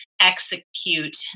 execute